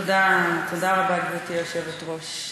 תודה רבה, גברתי היושבת-ראש.